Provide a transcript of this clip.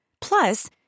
Plus